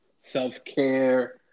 self-care